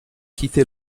quitté